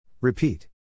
Repeat